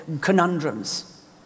conundrums